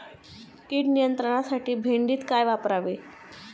कीड नियंत्रणासाठी भेंडीत काय वापरावे?